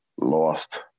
lost